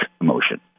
emotion